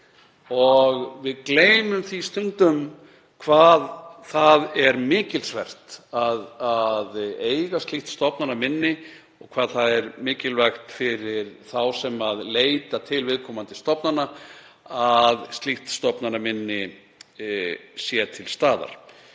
og við gleymum því stundum hvað það er mikilsvert að eiga slíkt stofnanaminni og hvað það er mikilvægt fyrir þá sem leita til viðkomandi stofnana að slíkt stofnanaminni sé til staðar.